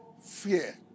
fear